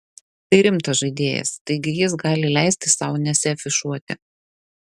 tai rimtas žaidėjas taigi jis gali leisti sau nesiafišuoti